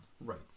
Right